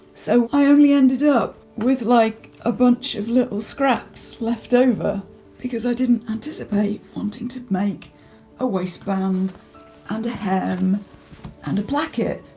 so i only ended up with like, a bunch of little scraps leftover because i didn't anticipate wanting to make a waistband and a hem and a placket.